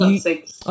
six